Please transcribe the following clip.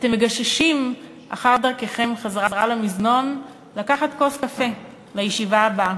אתם מגששים אחר דרככם חזרה למזנון לקחת כוס קפה לישיבה הבאה.